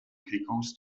pickles